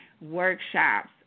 workshops